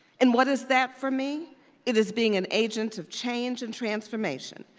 and what is that for me it is being an agent of change and transformation.